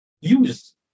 use